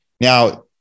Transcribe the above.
Now